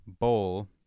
bowl